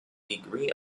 degree